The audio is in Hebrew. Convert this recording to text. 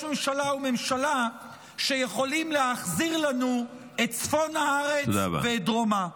ממשלה וממשלה שיכולים להחזיר לנו את צפון הארץ ואת דרומה.